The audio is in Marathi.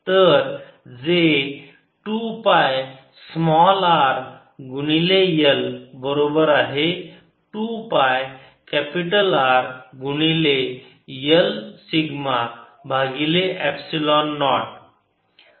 तर जे 2 पाय स्मॉल r गुणिले L बरोबर आहे 2 पाय कॅपिटल R गुणिले L सिग्मा भागिले एप्सिलॉन नॉट